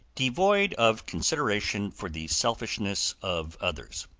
devoid of consideration for the selfishness of others.